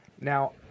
Now